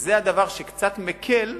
וזה הדבר שקצת מקל.